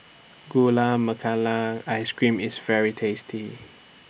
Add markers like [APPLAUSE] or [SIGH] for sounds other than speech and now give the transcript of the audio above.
Gula [UNINTELLIGIBLE] Ice Cream IS very tasty